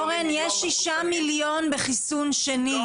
אורן, יש 6 מיליון בחיסון שני.